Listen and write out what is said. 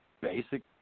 basic